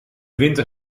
winter